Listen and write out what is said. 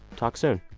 talk soon